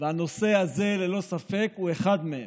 והנושא הזה הוא ללא ספק אחד מהם.